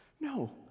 No